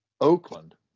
Oakland